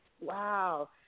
Wow